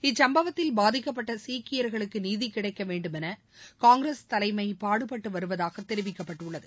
இச்சுப்பவத்தில் பாதிக்கப்பட்ட சீக்கியர்களுக்கு நீதி கிடைக்க வேண்டுமௌ காங்கிரஸ் தலைமை பாடுபட்டு வருவதாக தெரிவிக்கப்பட்டுள்ளது